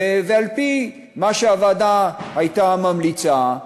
ועל-פי מה שהוועדה הייתה ממליצה,